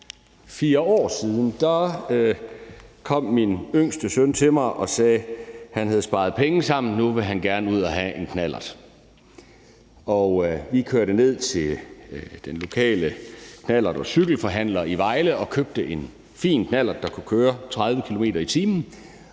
en 4 år siden kom min yngste søn til mig og sagde, at han havde sparet penge sammen; nu ville han gerne ud at have en knallert. Vi kørte ned til den lokale knallert- og cykelforhandler i Vejle og købte en fin knallert, der kunne køre 30 km/t.,